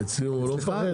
ואצלי הוא לא מפחד?